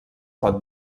pot